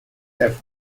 have